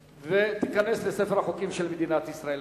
ותיכנס לספר החוקים של מדינת ישראל.